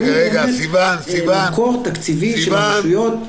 שהוא באמת מקור תקציבי של רשויות,